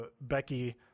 Becky